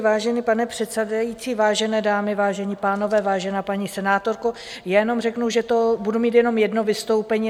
Vážený pane předsedající, vážené dámy, vážení pánové, vážená paní senátorko, já jenom řeknu, že budu mít jenom jedno vystoupení.